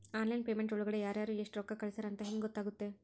Online payment ಒಳಗಡೆ ಯಾರ್ಯಾರು ಎಷ್ಟು ರೊಕ್ಕ ಕಳಿಸ್ಯಾರ ಅಂತ ಹೆಂಗ್ ಗೊತ್ತಾಗುತ್ತೆ?